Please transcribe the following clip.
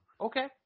Okay